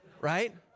right